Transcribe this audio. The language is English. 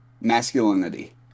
masculinity